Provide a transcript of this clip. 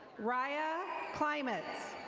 riya climates.